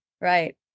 Right